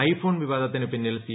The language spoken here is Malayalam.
ഐ ഫോൺ വിവാദത്തിന് പിന്നിൽ സി